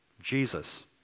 Jesus